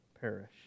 perish